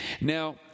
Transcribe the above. Now